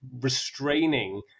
restraining